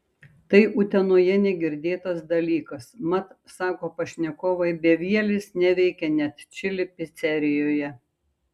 tai utenoje negirdėtas dalykas mat sako pašnekovai bevielis neveikia net čili picerijoje